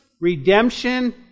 redemption